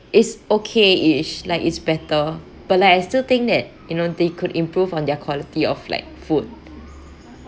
it's okay it's like it's better but like I still think that you know they could improve on their quality of like food